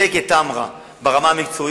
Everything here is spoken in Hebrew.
הדרג המקצועי בודק את תמרה ברמה המקצועית,